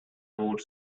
about